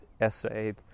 essay